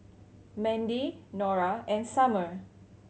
Mandy Nora and Summer